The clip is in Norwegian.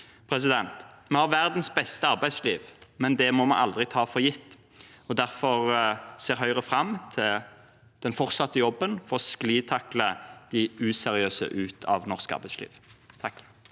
mer. Vi har verdens beste arbeidsliv, men det må vi aldri ta for gitt, og derfor ser Høyre fram til å fortsette jobben for å sklitakle de useriøse ut av norsk arbeidsliv. Per